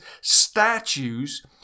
statues